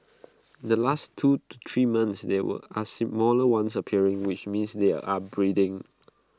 in the last two to three months there were A smaller ones appearing which means they are breeding